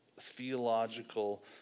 theological